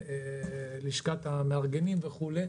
לשכת המארגנים וכולי,